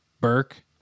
Burke